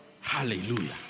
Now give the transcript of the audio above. Hallelujah